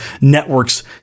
networks